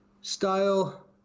Style